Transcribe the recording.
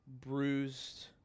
bruised